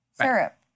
Syrup